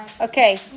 Okay